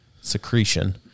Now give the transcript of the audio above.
secretion